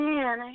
Man